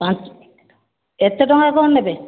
ପାଞ୍ଚ ଏତେ ଟଙ୍କା କଣ ନେବେ